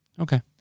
okay